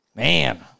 Man